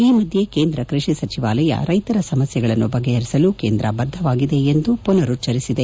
ಈ ಮಧ್ಯೆ ಕೇಂದ್ರ ಕೃಷಿ ಸಚಿವಾಲಯ ರೈತರ ಸಮಸ್ನೆಗಳನ್ನು ಬಗೆಹರಿಸಲು ಕೇಂದ್ರ ಬದ್ದವಾಗಿದೆ ಎಂದು ಮತ್ತೊಮ್ನೆ ಪುನರುಚ್ಲರಿಸಿದೆ